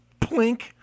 plink